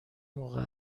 موقع